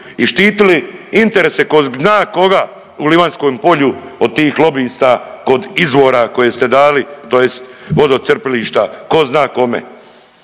i štitili interese ko zna koga u Livanjskom polju od tih lobista kod izvora koje ste dali tj. vodocrpilišta ko zna kome.